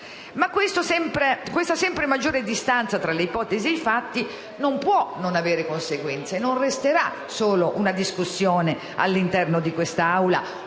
Ma questa sempre maggiore distanza tra ipotesi e fatti non può non avere conseguenze; non resterà una mera discussione all'interno di questa